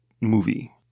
movie